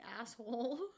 asshole